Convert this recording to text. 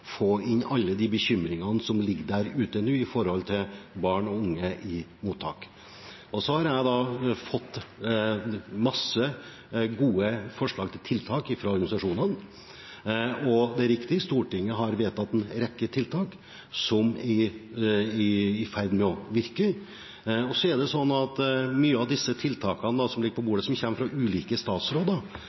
få inn alle de bekymringene som ligger der ute nå for barn og unge i mottak. Så har jeg fått masse gode forslag til tiltak fra organisasjonene. Og det er riktig: Stortinget har vedtatt en rekke tiltak, som er i ferd med å virke. Men så er det sånn at mange av tiltakene som ligger på bordet, som kommer fra ulike statsråder,